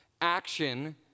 Action